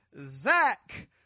Zach